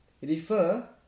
refer